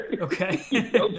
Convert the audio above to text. okay